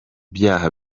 byaha